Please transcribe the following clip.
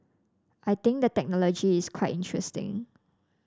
I think the technology is quite interesting